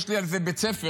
יש לי על זה בית ספר,